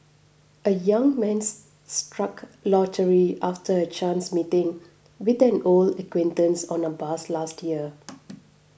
a young man struck lottery after a chance meeting with an old acquaintance on a bus last year